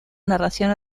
narración